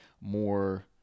more